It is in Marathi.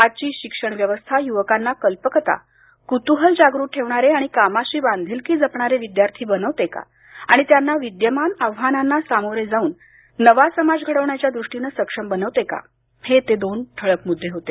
आजची शिक्षण व्यवस्था युवकांना कल्पकता कुतूहल जागृत ठेवणारे आणि कामाशी बांधिलकी जपणारे विद्यार्थी बनवते का आणि त्यांना विद्यमान आव्हानांना सामोरे जाऊन नवा समाज घडविण्याच्या दृष्टीनं सक्षम बनवते का हे ते दोन ठळक मुद्दे होते